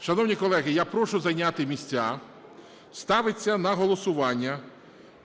Шановні колеги, я прошу зайняти місця. Ставиться на голосування